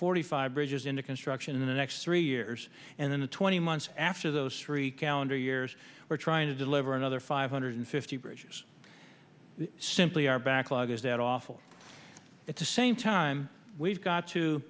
forty five bridges into construction in the next three years and then the twenty months after those three calendar years we're trying to deliver another five hundred fifty bridges simply our backlog is that awful at the same time we've got to